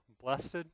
Blessed